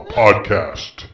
podcast